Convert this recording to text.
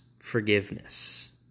forgiveness